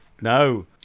No